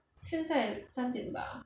现在三点吧